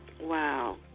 Wow